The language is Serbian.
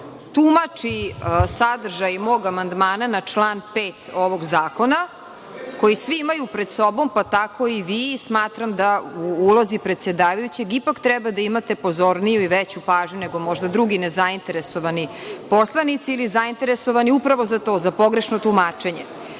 tumači sadržaj mog amandmana na član 5. ovog Zakona, koji svi imaju pred sobom, pa tako i vi. Smatram da u ulozi predsedavajućeg ipak treba da imate pozorniju i veću pažnju nego drugi nezainteresovani poslanici ili zainteresovani, upravo za to, za pogrešno tumačenje. Sve